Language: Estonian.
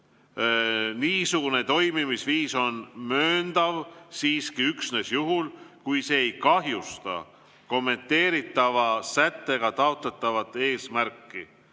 Niisugune toimimisviis on mööndav siiski üksnes juhul, kui see ei kahjusta kommenteeritava sättega taotletavat eesmärki